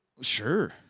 Sure